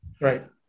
right